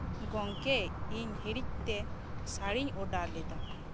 ᱜᱚᱝᱠᱮ ᱤᱧ ᱦᱤᱲᱤᱡ ᱛᱮ ᱥᱟᱲᱤᱧ ᱚᱰᱟᱨ ᱞᱮᱫᱟ